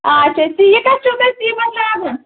آچھا تہٕ یہِ کَتھ چھُو تۄہہِ سیٖمَٹھ لاگُن